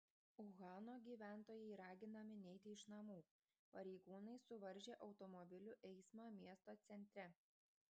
uhano gyventojai raginami neiti iš namų pareigūnai suvaržė automobilių eismą miesto centre